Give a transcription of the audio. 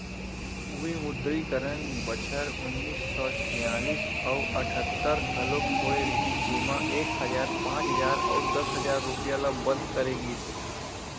विमुद्रीकरन बछर उन्नीस सौ छियालिस अउ अठत्तर घलोक होय रिहिस जेमा एक हजार, पांच हजार अउ दस हजार रूपिया ल बंद करे गिस